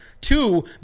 Two